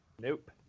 Nope